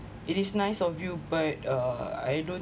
it is nice of you but uh I don't